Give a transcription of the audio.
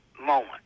moment